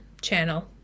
channel